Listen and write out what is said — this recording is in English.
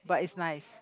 but is nice